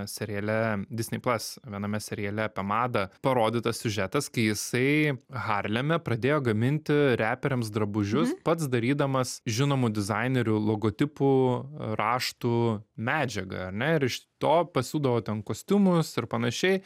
seriale disnei plas viename seriale apie madą parodytas siužetas kai jisai harleme pradėjo gaminti reperiams drabužius pats darydamas žinomų dizainerių logotipų raštų medžiagą ar ne ir iš to pasiūdavo ten kostiumus ir panašiai